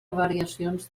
variacions